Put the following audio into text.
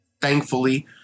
thankfully